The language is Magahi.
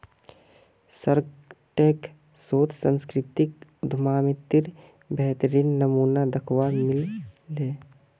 शार्कटैंक शोत सांस्कृतिक उद्यमितार बेहतरीन नमूना दखवा मिल ले